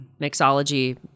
mixology